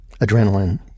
adrenaline